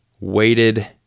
weighted